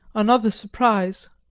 another surprise.